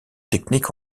technique